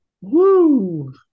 Woo